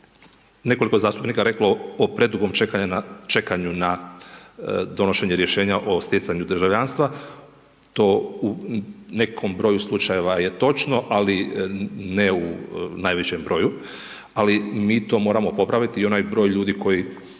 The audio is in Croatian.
nekoliko zastupnika je reklo o predugom čekanju na donošenje rješenja o stjecanju državljanstva, to u nekom broju slučajeva je točno, ali ne u najvećem broju, ali mi to moramo popraviti i onaj broj ljudi koji